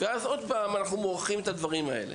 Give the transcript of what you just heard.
ואז עוד פעם אנחנו מורחים את הדברים האלה.